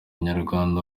nyarwanda